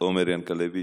עומר ינקלביץ'